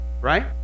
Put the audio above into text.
right